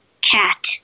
cat